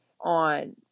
on